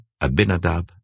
Abinadab